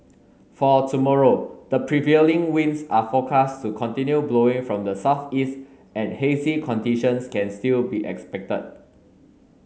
for tomorrow the prevailing winds are forecast to continue blowing from the southeast and hazy conditions can still be expected